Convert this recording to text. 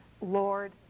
Lord